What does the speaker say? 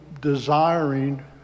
desiring